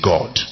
God